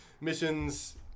missions